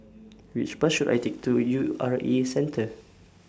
Which Bus should I Take to U R A Centre